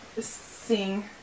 sing